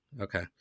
Okay